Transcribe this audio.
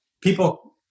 people